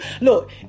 Look